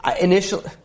initially